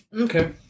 Okay